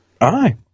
Aye